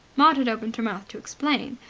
maud had opened her mouth to explain,